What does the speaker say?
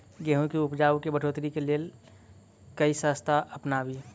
गेंहूँ केँ उपजाउ केँ बढ़ोतरी केँ लेल केँ रास्ता अपनाबी?